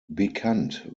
bekannt